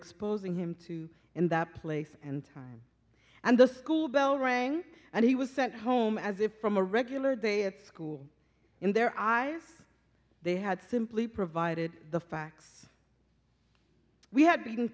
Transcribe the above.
exposing him to in that place and time and the school bell rang and he was sent home as if from a regular day at school in their eyes they had simply provided the facts we had been